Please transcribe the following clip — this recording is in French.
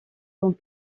dans